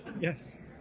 Yes